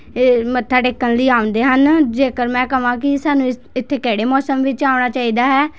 ਏ ਮੱਥਾ ਟੇਕਣ ਲਈ ਆਉਂਦੇ ਹਨ ਜੇਕਰ ਮੈਂ ਕਹਾਂ ਕਿ ਸਾਨੂੰ ਇਸ ਇੱਥੇ ਕਿਹੜੇ ਮੌਸਮ ਵਿੱਚ ਜਾਣਾ ਚਾਹੀਦਾ ਹੈ